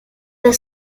the